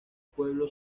pueblo